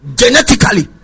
genetically